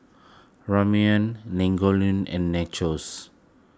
Ramyeon and Nachos